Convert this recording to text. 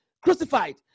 crucified